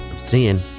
seeing